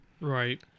Right